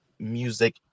Music